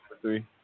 three